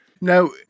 Now